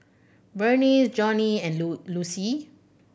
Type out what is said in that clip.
Vernice Jonnie and Lucie